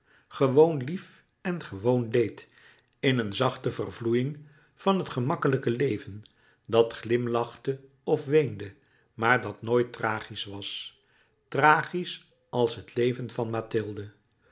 gewoon lief en gewoon leed in een zachte vervloeiïng van het gemakkelijke leven dat glimlachte of weende maar dat nooit tragisch was tragisch als het leven van mathilde